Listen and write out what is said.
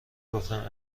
گفتم